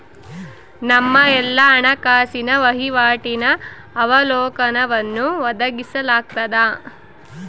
ನಮ್ಮ ಎಲ್ಲಾ ಹಣಕಾಸಿನ ವಹಿವಾಟಿನ ಅವಲೋಕನವನ್ನು ಒದಗಿಸಲಾಗ್ತದ